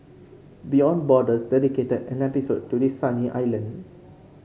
beyond Borders dedicated an episode to this sunny island